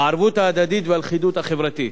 את הערבות ההדדית והלכידות החברתית.